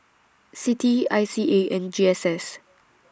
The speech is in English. CITI I C A and G S S